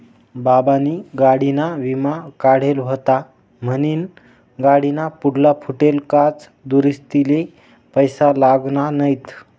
बाबानी गाडीना विमा काढेल व्हता म्हनीन गाडीना पुढला फुटेल काच दुरुस्तीले पैसा लागना नैत